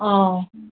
অঁ